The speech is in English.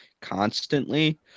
constantly